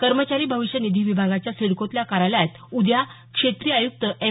कर्मचारी भविष्य निधी विभागाच्या सिडकोतल्या कार्यालयात उद्या क्षेत्रीय आयुक्त एम